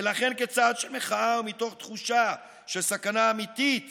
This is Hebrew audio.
"ולכן, כצעד של מחאה ומתוך תחושה של סכנה אמיתית